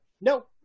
No